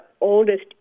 oldest